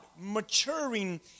maturing